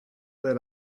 led